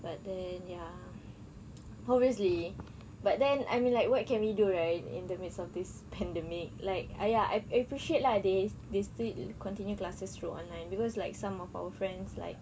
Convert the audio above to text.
but then ya obviously but then I mean like what can we do right in the midst of this pandemic like !aiya! I app~ appreciate lah they they still continue classes through online cause like some of our friends like